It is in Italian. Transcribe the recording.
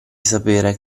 sapere